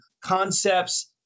concepts